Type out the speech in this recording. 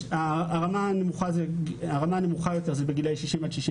הרמה הנמוכה יותר זה בגילאי 60 עד 62